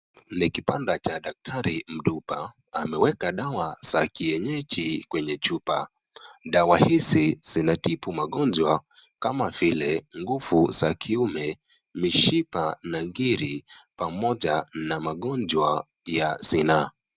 Ni kibanda cha daktari Mduba. Ameweka dawa za kienyeji kwenye chupa, dawa hizi zinatibu magonjwa kama vile nguvu za kiume, mishipa na ngiri, pamoja na magonjwa ya zinaa.